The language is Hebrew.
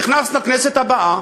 נכנס לכנסת הבאה,